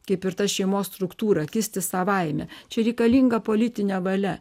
kaip ir ta šeimos struktūra kisti savaime čia reikalinga politinė valia